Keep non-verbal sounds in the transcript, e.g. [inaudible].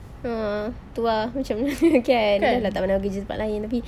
a'ah itu ah macam [laughs] kan kan sudah tak pernah kerja tempat lain tapi